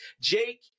jake